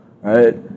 right